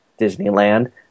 Disneyland